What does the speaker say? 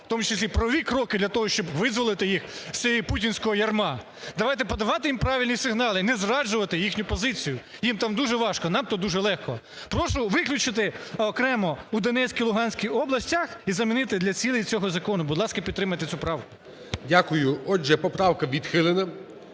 в тому числі правові кроки для того, щоб визволити їх з цього путінського ярма. Давайте подавати їм правильні сигнали і не зраджувати їхню позицію, їм там дуже важко, нам тут дуже легко. Прошу виключити окремо в Донецькій, Луганській областях і замінити для цілей цього закону. Будь ласка, підтримайте цю правку. ГОЛОВУЮЧИЙ. Дякую. Отже, поправка відхилена.